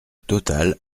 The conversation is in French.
total